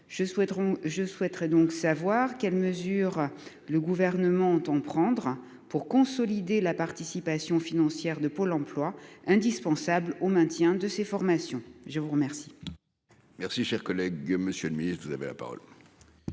Je souhaiterais donc savoir quelles mesures le Gouvernement entend prendre pour consolider la participation financière de Pôle emploi, indispensable au maintien de ces formations. La parole